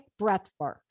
breathwork